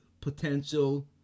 potential